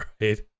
right